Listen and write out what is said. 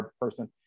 person